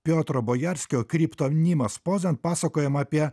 piotro bojarskio kriptonimas pozan pasakojama apie